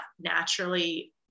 naturally